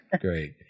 great